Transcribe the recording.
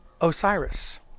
Osiris